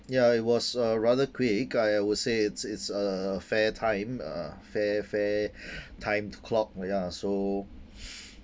ya it was uh rather quick I would say it's it's a a fair time uh fair fair time to clock ya so